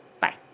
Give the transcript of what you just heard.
Bye